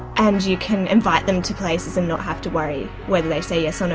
and you can invite them to places and not have to worry whether they say yes or no.